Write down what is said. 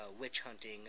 witch-hunting